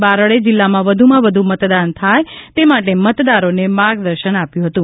બારડે જિલ્લામાં વધુમાં વધુ મતદાન થાય તે માટે મતદારોને માર્ગદર્શન આપ્યું હતું